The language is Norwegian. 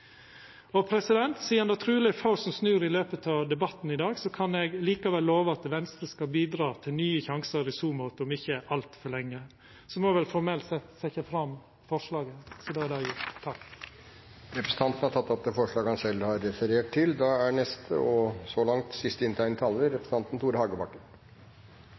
truleg er få som snur i løpet av debatten i dag, kan eg likevel lova at Venstre skal bidra til nye sjansar i så måte om ikkje altfor lenge. Så må eg vel òg formelt sett setja fram forslaget, så då er det gjort. Da har representanten Terje Breivik tatt opp det forslaget han refererte til. Når jeg nå likevel tar ordet, er